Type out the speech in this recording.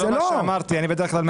זה לא מה שאמרתי, אני בדרך כלל מדייק.